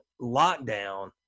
lockdown